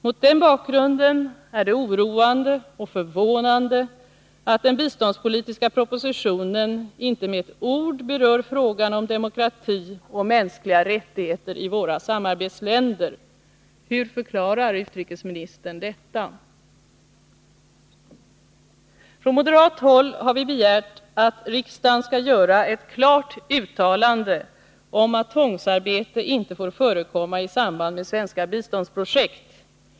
Mot den bakgrunden är det oroande och förvånande att den biståndspolitiska propositionen inte med ett ord berör frågan om demokrati och mänskliga rättigheter i våra samarbetsländer. Hur förklarar utrikesministern detta? 5 Från moderat håll har vi begärt att riksdagen skall göra ett klart uttalande om att tvångsarbete inte får förekomma i samband med svenska biståndsprojekt.